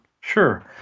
Sure